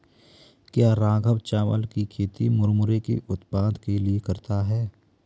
क्या राघव चावल की खेती मुरमुरे के उत्पाद के लिए करता है?